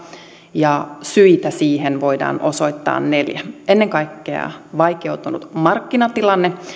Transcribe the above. ja syitä siihen voidaan osoittaa neljä ennen kaikkea vaikeutunut markkinatilanne